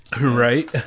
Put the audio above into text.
right